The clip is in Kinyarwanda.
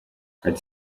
ati